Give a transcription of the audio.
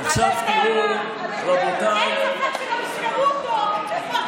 אין ספק שגם יספרו אותו כמו שסופרים אותנו.